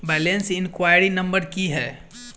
Balance enquiry number की है?